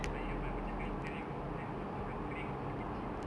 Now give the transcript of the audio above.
ayam kan macam kering kering ah then selepas itu dah kering ah then dia kecik pula tu